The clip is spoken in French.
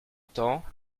temps